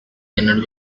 cannot